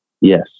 yes